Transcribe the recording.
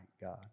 God